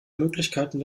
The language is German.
möglichkeiten